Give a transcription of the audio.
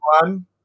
one